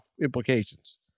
implications